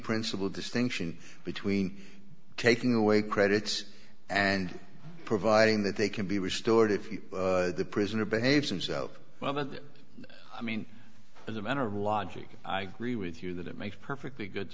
principal distinction between taking away credits and providing that they can be restored if the prisoner behaves himself well i mean as a matter of logic i agree with you that it makes perfectly good